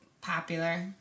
popular